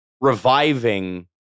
reviving